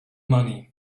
money